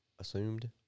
assumed